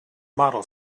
model